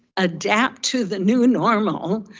adapt to the new normal,